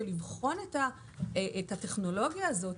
של בחינת הטכנולוגיה הזאת,